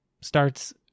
starts